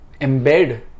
embed